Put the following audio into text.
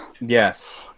Yes